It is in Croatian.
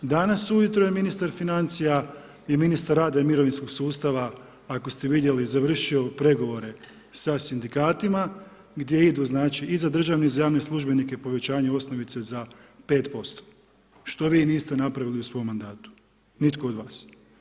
Danas ujutro je ministar financija i ministar rada i mirovinskog sustava ako ste vidjeli završio pregovore sa sindikatima gdje idu znači i za državne i javne službenike povećanje osnovice za 5%, što vi niste napravili u svom mandatu nitko od vas.